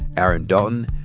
aaron dalton,